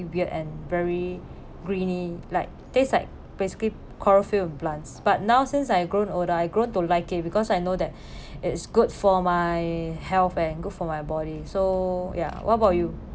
weird and very greeny like taste like basically chlorophyll plants but now since I've grown older I grown to like it because I know that it's good for my health and good for my body so ya what about you